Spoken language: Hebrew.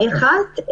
האחת,